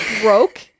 broke